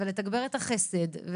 את החסד,